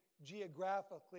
geographically